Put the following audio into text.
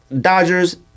Dodgers